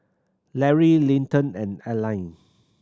Lary Linton and Alline